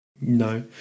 No